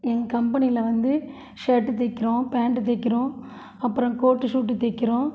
ஏ கம்பெனியில வந்து ஷர்ட்டு தக்கிறோம் பேண்டு தைக்கிறோம் அப்புறம் கோட்டு ஷுட்டு தைக்கிறோம்